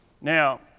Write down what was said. Now